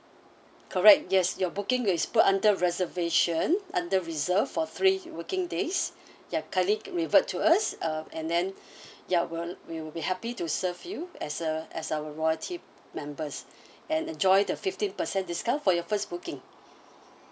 correct yes your booking is put under reservation under reserve for three working days ya kindly revert to us uh and then ya we'll we will be happy to serve you as a as our royalty members and enjoy the fifteen percent discount for your first booking